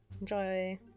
Enjoy